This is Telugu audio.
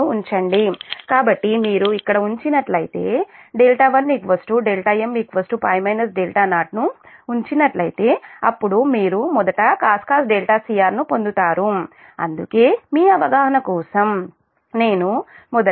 ను ఉంచండి కాబట్టి మీరు ఇక్కడ ఉంచినట్లయితే1 δm π 0 ను ఉంచినట్లయితే అప్పుడు మీరు మొదటcos cr ను పొందుతారు అందుకే మీ అవగాహన కోసం నేను మొదట 1 δm